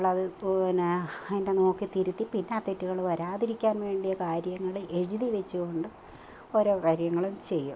നമ്മളത് പിന്നെ അതിന്റെ നോക്കി തിരുത്തി തിരുത്തി ആ തെറ്റുകള് വരാതിരിക്കാന് വേണ്ടിയ കാര്യങ്ങൾ എഴുതി വെച്ചു കൊണ്ട് ഓരോ കാര്യങ്ങളും ചെയ്യും